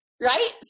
Right